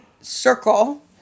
circle